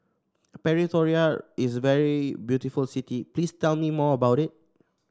Pretoria is a very beautiful city please tell me more about it